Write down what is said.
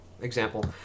example